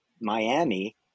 Miami